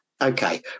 Okay